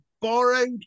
borrowed